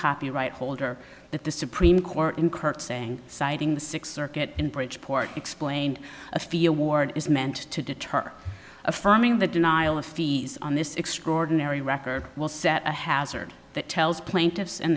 copyright holder that the supreme court in curtseying citing the sixth circuit in bridgeport explained a fear ward is meant to deter affirming the denial of fees on this extraordinary record will set a hazard that tells plaintiffs